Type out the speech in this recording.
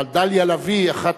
אבל דליה לביא היא אחת,